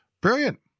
Brilliant